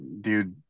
dude